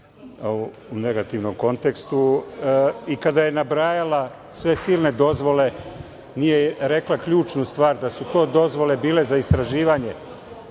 u negativnom kontekstu i kada je nabrajala sve silne dozvole, nije rekla ključnu stvar, a to je da su to dozvole bile za istraživanje,